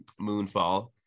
moonfall